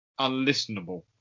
unlistenable